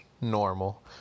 normal